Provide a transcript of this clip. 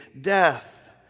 death